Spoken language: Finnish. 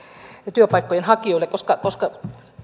työpaikkojen hakijoille koska